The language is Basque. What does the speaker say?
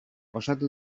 osatu